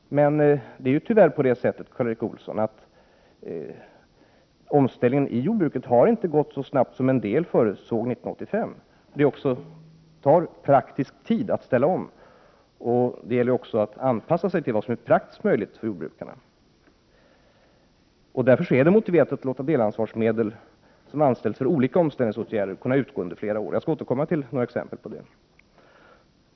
Det är dock tyvärr så, Karl Erik Olsson, att omställningen inom jordbruket inte har gått så snabbt som en del förutsåg 1985. Det tar tid att ställa om, och man måste också anpassa sig till vad som är praktiskt möjligt för jordbrukarna. Det är därför motiverat att låta delansvarsmedel som gäller för olika omställningsåtgärder utgå under flera år. Jag skall återkomma till några exempel på det.